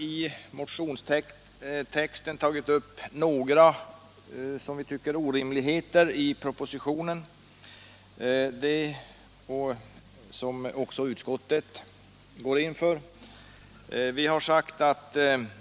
I motionstexten har vi tagit upp några, som vi tycker, orimligheter i propositionen, vilka också utskottet berör.